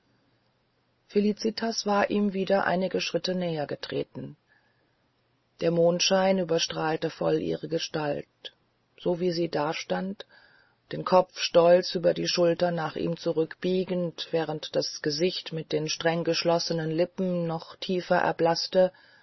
felicitas war ihm wieder einige schritte näher getreten der mondschein überstrahlte voll ihre gestalt so wie sie dastand den kopf stolz über die schulter nach ihm zurückbiegend während das gesicht mit den strenggeschlossenen lippen noch tiefer erblaßte